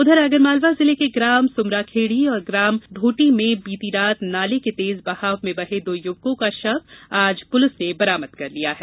उधर आगरमालवा जिले के ग्राम सुमराखेडी और ग्राम ढोटी में बीती रात नाले के तेज बहाव में बहे दो युवको का शव आज पुलिस ने बरामद कर लिया है